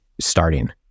starting